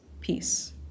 peace